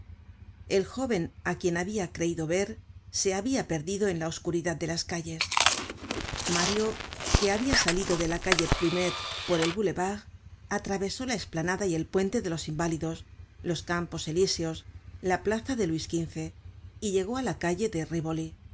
el jóven á quien habia creido ver se habia perdido en la oscuridad de las calles mario que habia salido de la calle plumet por el boulevard atravesó la esplanada y el puente de los inválidos los campos elíseos la plaza de luis xv y llegó á la calle de